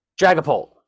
Dragapult